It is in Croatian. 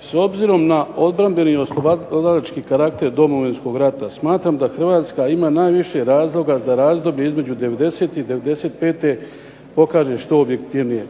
S obzirom na obrambeni oslobodilački karakter Domovinskog rata smatram da Hrvatska ima najviše razloga za razdoblje između '90-te i '95. da pokaže što objektivnije